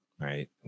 right